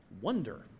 Wonder